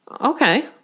okay